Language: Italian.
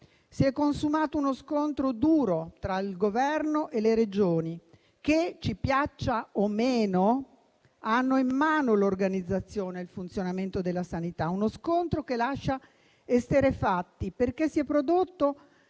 Si è consumato uno scontro duro tra il Governo e le Regioni, che, ci piaccia o meno, hanno in mano l'organizzazione e il funzionamento della sanità; tale scontro lascia esterrefatti, perché si è prodotto